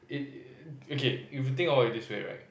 it it it okay if you think of it this way right